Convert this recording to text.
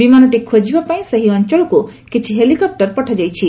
ବିମାନଟି ଖୋଜିବା ପାଇଁ ସେହି ଅଞ୍ଚଳକୁ କିଛି ହେଲିକପୂର ପଠାଯାଇଛି